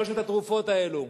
שלוש התרופות האלה.